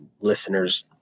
listeners